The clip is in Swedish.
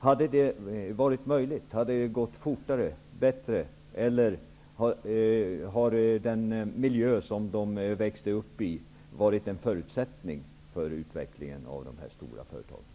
Hade det gått fortare och bättre? Har den miljö dessa företag har vuxit upp i utgjort en förutsättning för deras utveckling?